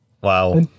Wow